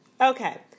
okay